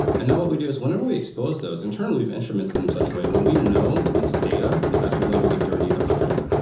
and now what we do is whenever we expose those, in turn we've instrumented in such a way where we know which data is actually going to be dirtied upstream.